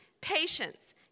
patience